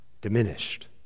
diminished